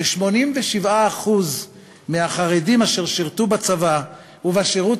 כ-87% מהחרדים אשר שירתו בצבא ובשירות